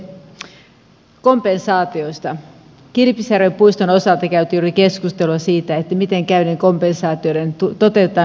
kilpisjärven puiston osalta käytiin juuri keskustelua siitä miten käy niiden kompensaatioiden toteutetaanko ne vai ei